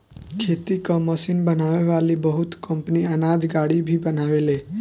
खेती कअ मशीन बनावे वाली बहुत कंपनी अनाज गाड़ी भी बनावेले